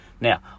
Now